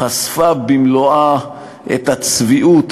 חשפה במלואה את הצביעות,